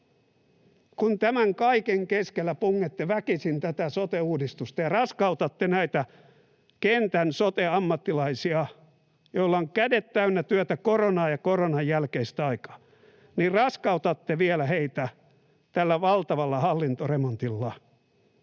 Kun tämän kaiken keskellä pungette väkisin tätä sote-uudistusta ja raskautatte näitä kentän sote-ammattilaisia, joilla on kädet täynnä työtä koronassa ja koronan jälkeisenä aikana, niin raskautatte vielä heitä tällä valtavalla hallintoremontilla.